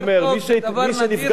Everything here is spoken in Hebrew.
מי שנפגע ממני,